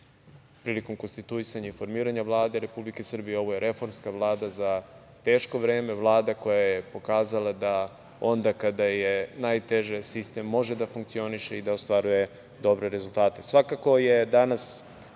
prilikom konstituisanja i formiranja Vlade Republike Srbije, reformska Vlada za teško vreme, Vlada koja je pokazala da onda kada je najteže sistem može da funkcioniše i da ostvaruje dobre rezultate. Svakako je danas